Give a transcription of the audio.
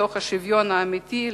מתוך שוויון אמיתי,